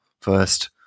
first